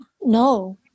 No